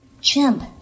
Chimp